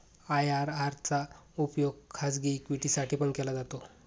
IRR चा उपयोग खाजगी इक्विटी साठी पण केला जातो